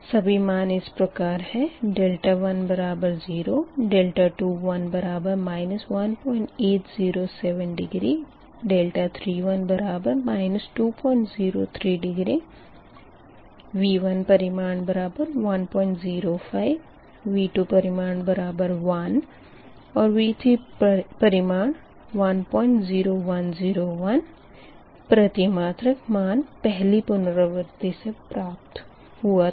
सभी मान इस प्रकार है 1 बराबर 0 21 बराबर 1807 डिग्री 31 बराबर 203 डिग्री V1 परिमाण बराबर 105 V2 परिमाण बराबर 1 और V3 परिमाण 10101 प्रतिमात्रक मान पहली पुनरावर्ती से प्राप्त हुआ था